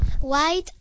White